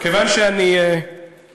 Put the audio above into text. כיוון שאני חושב,